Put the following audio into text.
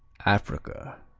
africa